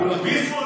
ביסמוט,